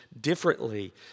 differently